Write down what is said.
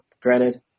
Granted